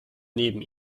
neben